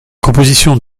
compositions